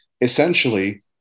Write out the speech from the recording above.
essentially